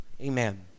Amen